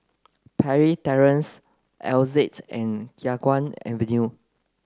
Parry Terrace Altez and Khiang Guan Avenue